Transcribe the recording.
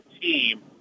team